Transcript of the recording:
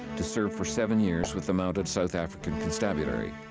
to serve for seven years with the mounted south african constabulary.